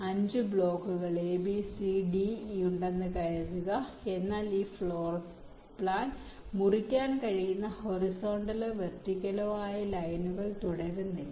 5 ബ്ലോക്കുകൾ A B C D E ഉണ്ടെന്ന് കരുതുക എന്നാൽ ഈ ഫ്ലോർ പ്ലാൻ മുറിക്കാൻ കഴിയുന്ന ഹൊറിസോണ്ടലോ വെർട്ടിക്കലോ ആയ ലൈനുകൾ തുടരുന്നില്ല